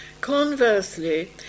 Conversely